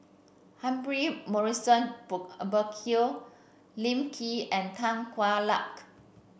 Humphrey Morrison Burkill Lim Lee and Tan Hwa Luck